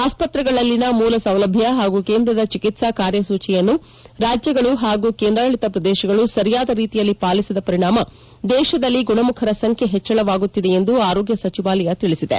ಆಸ್ತ್ರೆಗಳಲ್ಲಿನ ಮೂಲ ಸೌಲಭ್ಣ ಹಾಗೂ ಕೇಂದ್ರದ ಚಿಕಿತ್ತಾ ಕಾರ್ಯಸೂಚಿಯನ್ನು ರಾಜ್ಗಳು ಹಾಗೂ ಕೇಂದ್ರಾಡಳಿತ ಪ್ರದೇಶಗಳು ಸರಿಯಾದ ರೀತಿಯಲ್ಲಿ ಪಾಲಿಸಿದ ಪರಿಣಾಮ ದೇಶದಲ್ಲಿ ಗುಣಮುಖರ ಸಂಖ್ಯೆ ಹೆಚ್ಚಳವಾಗುತ್ತಿದೆ ಎಂದು ಆರೋಗ್ಯ ಸಚಿವಾಲಯ ತಿಳಿಸಿದೆ